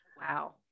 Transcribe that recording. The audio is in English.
Wow